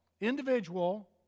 individual